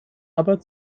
aber